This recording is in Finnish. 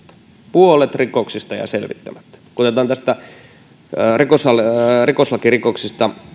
puolet rikoksista jää selvittämättä kun otetaan rikoslakirikoksista